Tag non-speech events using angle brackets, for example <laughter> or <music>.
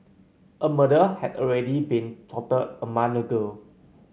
a murder had already been plotted a month <unintelligible>